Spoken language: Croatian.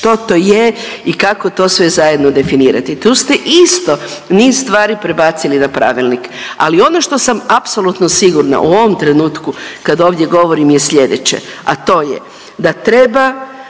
Što to je i kako to sve zajedno definirati. Tu ste isto niz stvari prebacili na pravilnik. Ali ono što sam apsolutno sigurna u ovom trenutku kad ovdje govorim je sljedeće, a to je da treba